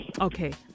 Okay